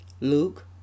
Luke